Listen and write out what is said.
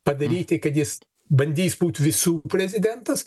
padaryti kad jis bandys būt visų prezidentas